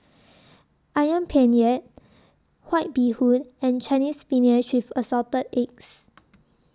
Ayam Penyet White Bee Hoon and Chinese Spinach with Assorted Eggs